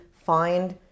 find